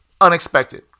unexpected